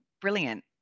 brilliant